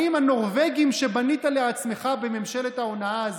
האם הנורבגים שבנית לעצמך בממשלת ההונאה הזו,